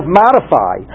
modify